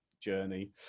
journey